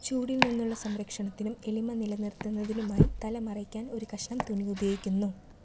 ചൂടിൽ നിന്നുള്ള സംരക്ഷണത്തിനും എളിമ നിലനിർത്തുന്നതിനുമായി തല മറയ്ക്കാൻ ഒരു കഷ്ണം തുണി ഉപയോഗിക്കുന്നു